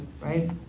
right